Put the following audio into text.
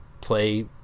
play